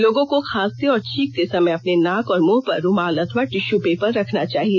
लोगों को खांसते और छींकते समय अपने नाक और मुंह पर रूमाल अथवा टिश्यू पेपर रखना चाहिए